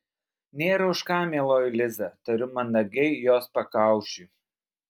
nėra už ką mieloji liza tariu mandagiai jos pakaušiui